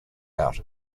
out